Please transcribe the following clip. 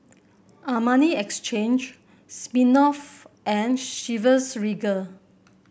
Armani Exchange Smirnoff and Chivas Regal